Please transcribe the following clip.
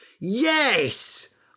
Yes